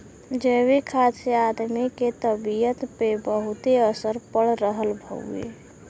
जैविक खाद से आदमी के तबियत पे बहुते असर पड़ रहल हउवे